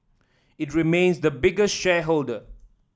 it remains the biggest shareholder